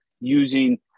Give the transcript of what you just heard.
using